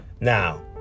Now